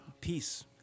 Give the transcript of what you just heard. peace